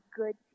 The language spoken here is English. good